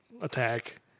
attack